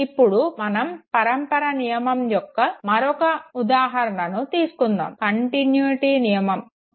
ఇప్పుడు మనం పరంపర నియమం యొక్క మరొక ఉదాహరణను తీసుకుందాము